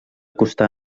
costar